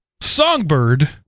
Songbird